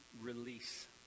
release